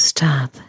Stop